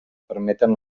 permeten